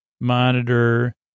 monitor